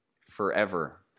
forever